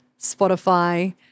Spotify